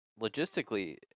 Logistically